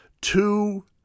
two